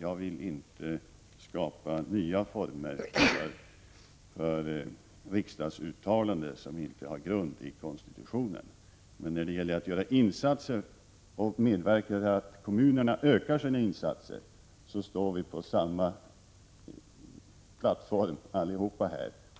Jag vill inte skapa nya former för riksdagsuttalanden som inte har grund i konstitutionen. Men när det gäller att göra insatser — och medverka till att kommunerna ökar sina insatser — står vi här alla på samma plattform